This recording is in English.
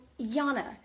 Yana